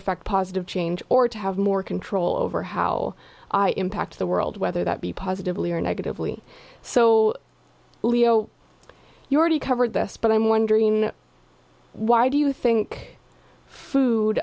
effect positive change or to have more control over how it impacts the world whether that be positively or negatively so you already covered this but i'm wondering why do you think food